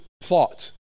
plot